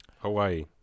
Hawaii